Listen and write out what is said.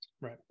right